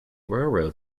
railroad